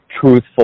truthful